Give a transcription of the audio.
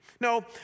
No